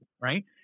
right